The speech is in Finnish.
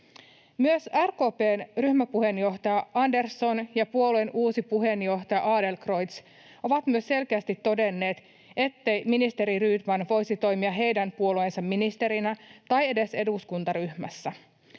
Myös RKP:n ryhmäpuheenjohtaja Andersson ja puolueen uusi puheenjohtaja Adlercreutz ovat myös selkeästi todenneet, ettei ministeri Rydman voisi toimia heidän puolueensa ministerinä tai edes eduskuntaryhmässä.